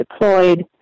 deployed